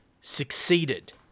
succeeded